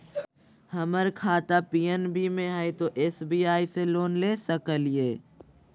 हमर खाता पी.एन.बी मे हय, तो एस.बी.आई से लोन ले सकलिए?